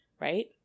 right